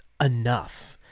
enough